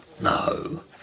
No